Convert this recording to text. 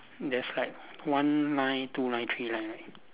there's like one line two line three line right